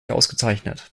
ausgezeichnet